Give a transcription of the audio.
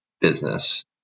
business